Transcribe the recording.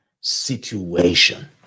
situation